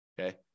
Okay